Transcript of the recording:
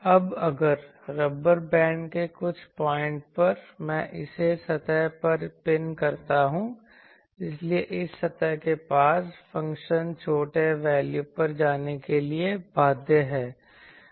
अब अगर rubber band के कुछ पॉइंट पर मैं इसे सतह पर पिन करता हूं इसलिए उस सतह के पास फ़ंक्शन छोटे वैल्यू पर जाने के लिए बाध्य है